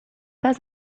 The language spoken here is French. pas